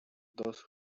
those